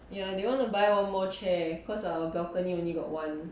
ya they want to buy one more chair cause our balcony only got one